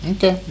Okay